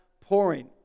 pouring